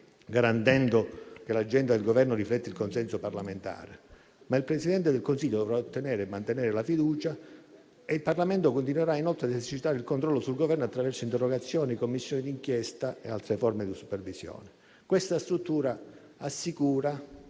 garantendo che l'agenda del Governo rifletta il consenso parlamentare, ma il Presidente del Consiglio dovrà ottenere e mantenere la fiducia. Il Parlamento continuerà inoltre ad esercitare il controllo sul Governo attraverso interrogazioni, Commissioni d'inchiesta e altre forme di supervisione. Questa struttura assicura